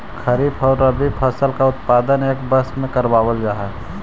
खरीफ और रबी फसल का उत्पादन एक वर्ष में करावाल जा हई